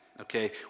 okay